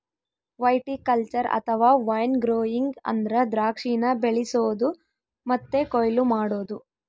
viticulture ಅಥವಾ wine growing ಅಂದ್ರ ದ್ರಾಕ್ಷಿನ ಬೆಳಿಸೊದು ಮತ್ತೆ ಕೊಯ್ಲು ಮಾಡೊದು